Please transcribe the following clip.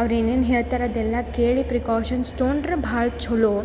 ಅವ್ರು ಏನೇನು ಹೇಳ್ತಾರ ಅದೆಲ್ಲ ಕೇಳಿ ಪ್ರಿಕೋಷನ್ಸ್ ತೊಗೊಂಡ್ರೆ ಭಾಳ ಚೊಲೋ